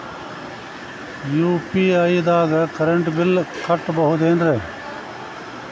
UPI ದಾಗ current bill ಕಟ್ಟಬಹುದೇನ್ರಿ?